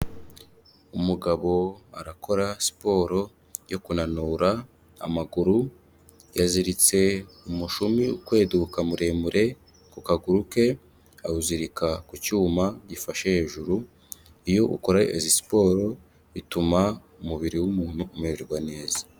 Umugabo arakora siporo yo kunanura amaguru, yaziritse umushumi ukweduka muremure ku kaguru ke, awuzirika ku cyuma gifashe hejuru, iyo ukora izi siporo, bituma umubiri w'umuntu umererwa neza.